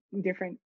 different